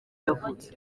yavutse